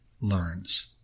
learns